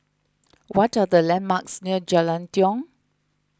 what are the landmarks near Jalan Tiong